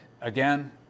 Again